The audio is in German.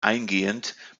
eingehend